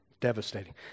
devastating